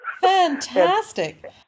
Fantastic